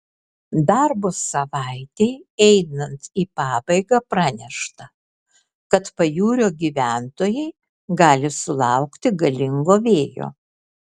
darbo savaitei einant į pabaigą pranešta kad pajūrio gyventojai gali sulaukti galingo vėjo